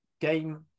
game